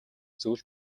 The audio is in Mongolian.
зүйл